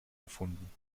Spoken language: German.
gefunden